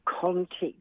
context